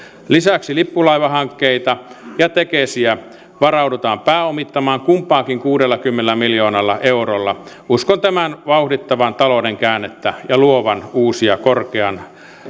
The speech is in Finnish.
lisäksi lippulaivahankkeita ja tekesiä varaudutaan pääomittamaan kumpaakin kuudellakymmenellä miljoonalla eurolla uskon tämän vauhdittavan talouden käännettä ja luovan uusia korkean